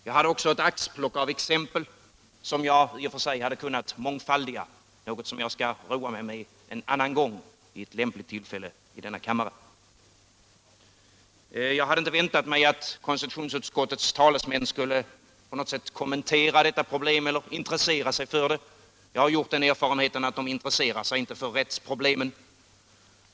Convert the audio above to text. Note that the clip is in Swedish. Jag anförde också ett axplock av exempel som jag i och för sig hade kunnat mångfaldiga, något som jag skall roa mig med en annan gång vid något lämpligt tillfälle i denna kammare. Jag hade inte väntat mig att konstitutionsutskottets talesmän på något sätt skulle kommentera detta problem eller intressera sig för det. Jag har gjort den erfarenheten att de inte intresserar sig för rättsproblemen.